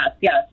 Yes